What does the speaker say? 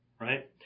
right